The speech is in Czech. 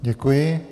Děkuji.